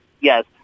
Yes